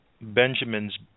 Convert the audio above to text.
Benjamin's